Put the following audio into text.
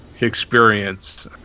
experience